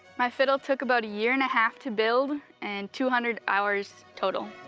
my fiddle took about a year-and-a-half to build and two hundred hours total.